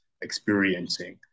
experiencing